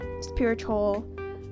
spiritual